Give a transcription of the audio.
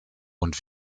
und